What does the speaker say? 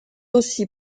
aussi